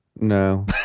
no